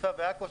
חיפה ועכו,